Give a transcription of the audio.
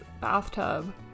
bathtub